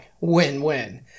Win-win